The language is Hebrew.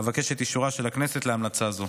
אבקש את אישורה של הכנסת להמלצה זו.